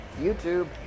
YouTube